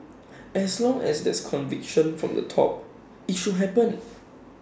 as long as there's conviction from the top IT should happen